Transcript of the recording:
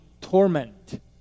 torment